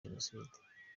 jenoside